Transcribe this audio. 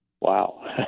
Wow